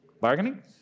Bargaining